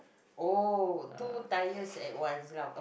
oh two tyres at once lah